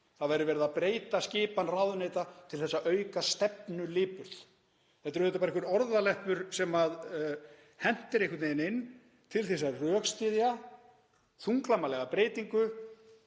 Það væri verið að breyta skipan ráðuneyta til að auka stefnulipurð. Þetta er auðvitað bara einhver orðaleppur sem hent er einhvern veginn inn til að rökstyðja þunglamalega breytingu